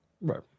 Right